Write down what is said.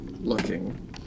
looking